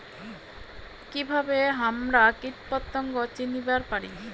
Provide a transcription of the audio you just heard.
কিভাবে হামরা কীটপতঙ্গ চিনিবার পারি?